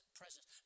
presence